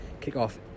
kick-off